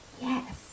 yes